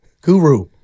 Guru